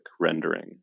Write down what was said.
rendering